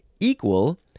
equal